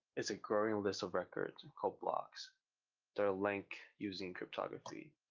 it's a growing list of records and called blocks that are linked using cryptography.